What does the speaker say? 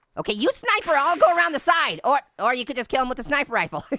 okay, you sniper, i'll go around the side, or or you could just kill him with the sniper rifle.